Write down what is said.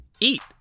Eat